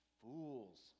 Fools